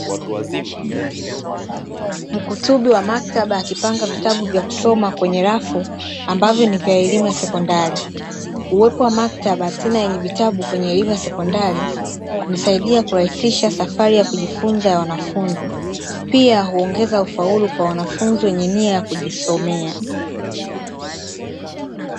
Mkutubi wa maktaba, akipanga vitabu vya kusoma kwenye rafu, ambavyo ni vya elimu ya sekondari. Uwepo wa maktaba tena yenye vitabu kwenye elimu ya sekondari kumesaidia kurahisisha safari ya kujifunza ya wanafunzi, pia huongeza ufaulu kwa wanafunzi wenye nia ya kujisomea.